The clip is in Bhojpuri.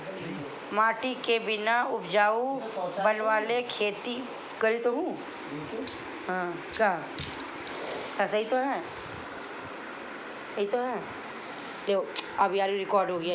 माटी के बिना उपजाऊ बनवले खेती कईला पे फसल निक ना होत बाटे